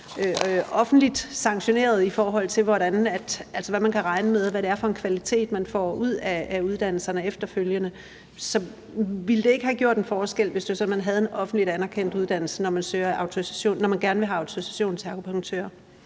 offentligt sanktioneret, i forhold til hvad man kan regne med, og hvad det er for en kvalitet, man får ud af uddannelserne efterfølgende. Så ville det ikke have gjort en forskel, hvis det var sådan, at man havde en offentligt anerkendt uddannelse, når man gerne vil have autorisation til akupunktør?